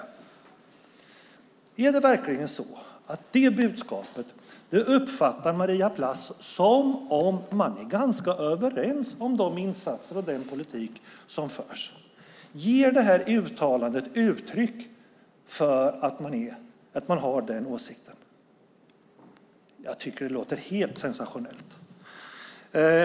Uppfattar Maria Plass det budskapet som att man är överens om de insatser och den politik som förs? Ger det här uttalandet uttryck för att man har den åsikten? Jag tycker att det låter helt sensationellt.